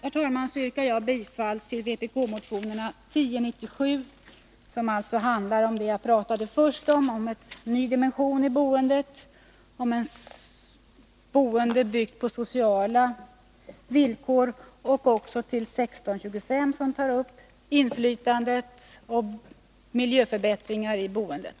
Med detta yrkar jag bifall till vpk-motionerna 1097, som handlar om det jag pratade om först, nämligen en ny dimension i boendet och ett boende byggt på sociala villkor, samt 1625, som handlar om inflytande och miljöförbättringar i boendet.